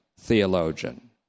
theologian